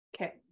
Okay